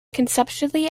conceptually